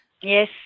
Yes